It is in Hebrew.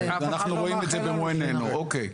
אנחנו רואים את זה במו עינינו, אוקיי.